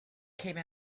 came